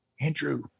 Andrew